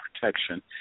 protection